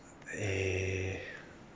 eh